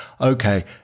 Okay